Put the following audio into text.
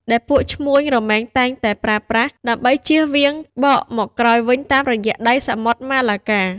ដែលពួកឈ្មួញរមែងតែប្រើប្រាស់ ដើម្បីចៀសវាងបកមកក្រោយវិញតាមរយៈ ដៃសមុទ្រ ម៉ាឡាកា។